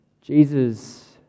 Jesus